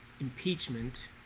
impeachment